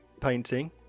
painting